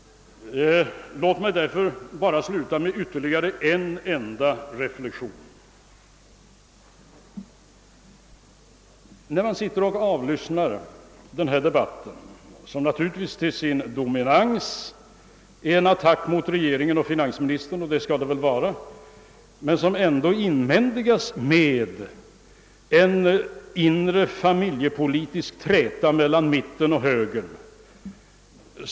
Låt mig därför till slut göra ytterligare några reflexioner. När man sitter och avlyssnar denna debatt, som domineras av en attack mot regeringen och finansministern — och väl också skall göra det — finner man att den blandas med en familjepolitisk träta mellan mittenpartierna och högern.